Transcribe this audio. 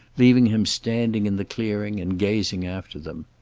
leaving him standing in the clearing and gazing after them.